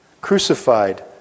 crucified